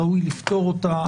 ראוי לפתור אותה.